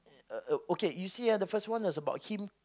Uh okay you see ah the first one is about him